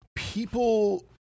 People